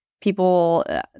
people